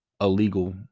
illegal